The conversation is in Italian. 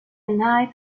night